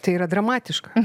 tai yra dramatiška